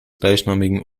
gleichnamigen